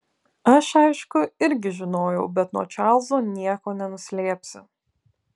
aš aišku irgi žinojau bet nuo čarlzo nieko nenuslėpsi